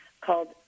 called